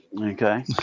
Okay